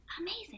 amazing